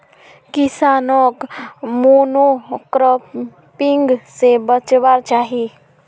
किसानोक मोनोक्रॉपिंग से बचवार चाही